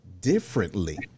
differently